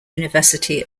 university